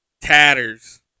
tatters